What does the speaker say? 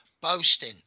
boasting